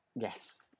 Yes